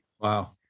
wow